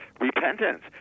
repentance